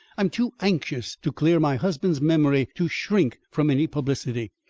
i'm too anxious to clear my husband's memory to shrink from any publicity.